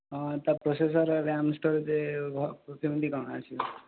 ତା ପ୍ରୋସେସର ଆଉ RAM storage କେମିତି କ'ଣ ଆସିବ